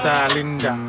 Salinda